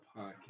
Podcast